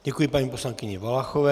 Děkuji paní poslankyni Valachové.